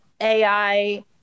AI